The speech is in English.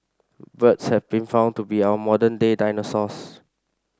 birds have been found to be our modern day dinosaurs